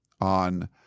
on